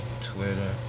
Twitter